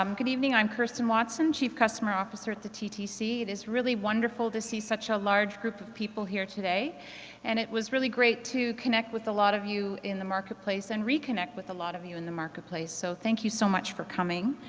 um good evening, i'm kirsten watson chief customer officer at the ttc. it is really wonderful to see such a large group of people here today and it was really great to connect with a lot of you in the marketplace and reconnect with a lot of you in the marketplace, so thank you so much for coming.